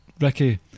Ricky